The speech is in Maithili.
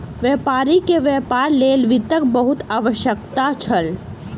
व्यापारी के व्यापार लेल वित्तक बहुत आवश्यकता छल